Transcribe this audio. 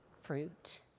fruit